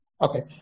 Okay